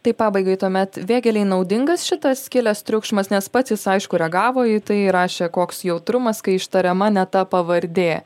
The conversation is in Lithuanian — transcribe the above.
tai pabaigai tuomet vėgėlei naudingas šitas kilęs triukšmas nes pats jis aišku reagavo į tai rašė koks jautrumas kai ištariama ne ta pavardė